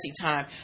time